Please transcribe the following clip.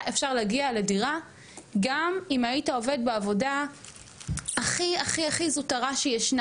היה אפשר להגיע לדירה גם אם היית עובד בעבודה הכי הכי זוטרה שיש.